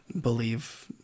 believe